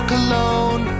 cologne